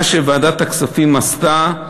מה שוועדת הכספים עשתה,